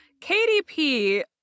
KDP